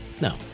No